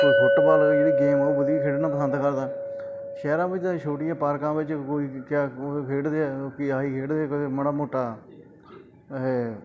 ਕੋਈ ਫੁੱਟਬਾਲ ਵਾਲੀ ਜਿਹੜੀ ਗੇਮ ਉਹ ਵਧੀਆ ਖੇਡਣਾ ਪਸੰਦ ਕਰਦਾ ਸ਼ਹਿਰਾਂ ਵਿੱਚ ਛੋਟੀਆਂ ਪਾਰਕਾਂ ਵਿੱਚ ਕੋਈ ਕਿਆ ਖੇਡਦੇ ਆ ਕੀ ਆ ਹੀ ਖੇਡਦੇ ਮਾੜਾ ਮੋਟਾ